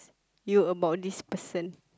you about this person